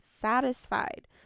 satisfied